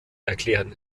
erklären